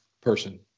person